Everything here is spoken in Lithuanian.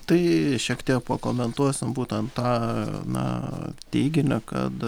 tai šiek tiek pakomentuosim būtent tą na teiginį kad